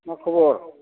मा खबर